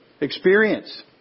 experience